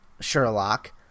Sherlock